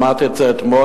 אמרתי את זה אתמול,